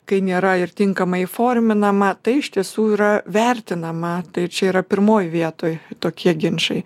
kai nėra ir tinkamai įforminama tai iš tiesų yra vertinama tai čia yra pirmoj vietoj tokie ginčai